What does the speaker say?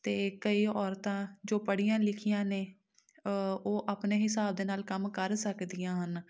ਅਤੇ ਕਈ ਔਰਤਾਂ ਜੋ ਪੜ੍ਹੀਆਂ ਲਿਖੀਆਂ ਨੇ ਉਹ ਆਪਣੇ ਹਿਸਾਬ ਦੇ ਨਾਲ ਕੰਮ ਕਰ ਸਕਦੀਆਂ ਹਨ